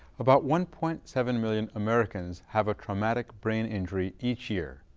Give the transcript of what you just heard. about one point seven million americans have a traumatic brain injury each year.